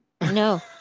No